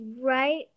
Right